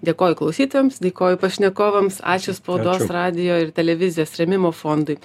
dėkoju klausytojams dėkoju pašnekovams ačiū spaudos radijo ir televizijos rėmimo fondui